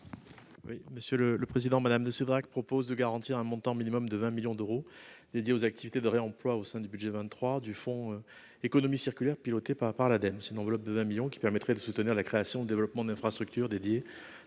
n° II-219 rectifié . Mme de Cidrac propose de garantir un montant minimum de 20 millions d'euros dédiés aux activités de réemploi au sein du budget pour 2023 du fonds économie circulaire piloté par l'Ademe. Cette enveloppe permettra de soutenir la création et le développement d'infrastructures dédiées